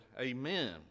Amen